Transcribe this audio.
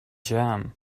jam